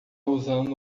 usando